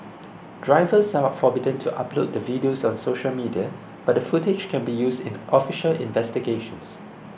drivers are forbidden to upload the videos on social media but the footage can be used in official investigations